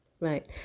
Right